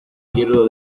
quiero